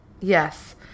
Yes